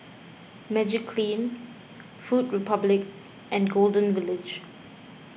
Magiclean Food Republic and Golden Village